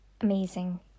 amazing